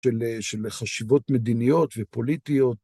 של חשיבות מדיניות ופוליטיות.